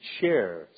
share